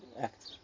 act